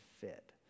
fit